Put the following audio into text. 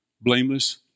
blameless